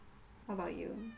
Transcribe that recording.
how about you